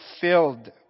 filled